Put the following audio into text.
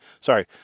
Sorry